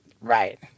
right